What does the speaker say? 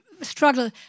struggle